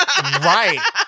Right